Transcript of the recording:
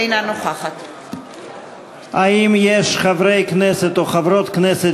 אינה נוכחת האם יש חברי כנסת או חברות כנסת